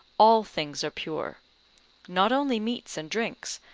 all things are pure not only meats and drinks,